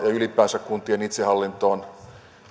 ylipäänsä kuntien itsehallintoon